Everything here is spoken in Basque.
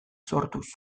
sortuz